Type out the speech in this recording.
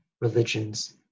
religions